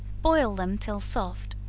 boil them till soft,